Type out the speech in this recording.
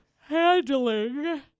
Handling